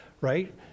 Right